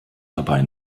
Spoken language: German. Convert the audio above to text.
dabei